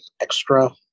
extra